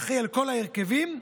שאחראי לכל ההרכבים,